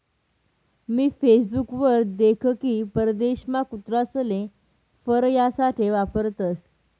मी Facebook वर देख की परदेशमा कुत्रासले फर यासाठे वापरतसं